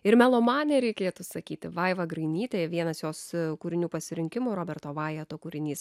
ir melomanė reikėtų sakyti vaiva grainytė vienas jos kūrinių pasirinkimų roberto vajeto kūrinys